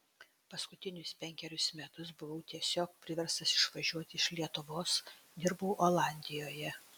paskutinius penkerius metus buvau tiesiog priverstas išvažiuoti iš lietuvos dirbau olandijoje